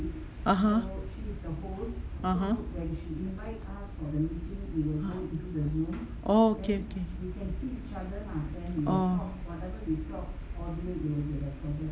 (uh huh) (uh huh) oh okay okay orh